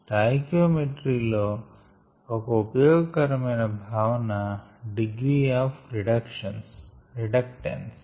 stoichiometry లో ఒక ఉపయోగకరమైన భావన డిగ్రీ ఆఫ్ రిడక్టన్స్